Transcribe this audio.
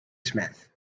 smith